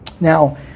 Now